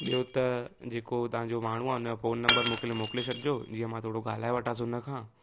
ॿियों त जेको तव्हांजो माण्हू आहे हुनजो फ़ोन नंबर मोकिले छॾिजो जीअं मां थोरो ॻाल्हाए वठासि हुन खां